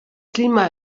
klima